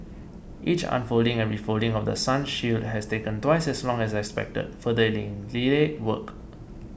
each unfolding and refolding of The Sun shield has taken twice as long as expected further delaying work